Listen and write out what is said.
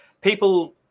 People